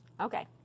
okay